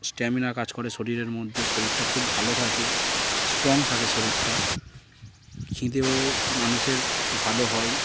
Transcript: stamina কাজ করে শরীরের মধ্যে শরীরটা খুব ভালো থাকে স্ট্রং থাকে শরীরটা খিদেও মানুষের ভালো হয়